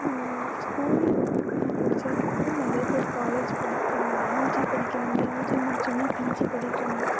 school முடிச்சதுக்கப்புறம் நிறைய பேர் காலேஜ் படிக்கிறாங்க யுஜி படிக்கிறாங்க யுஜி முடிச்சோடனே பிஜி படிக்கிறாங்க